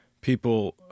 people